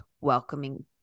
welcoming